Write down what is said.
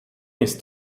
ist